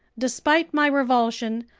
despite my revulsion,